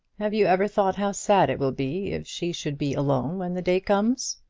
have you ever thought how sad it will be if she should be alone when the day comes?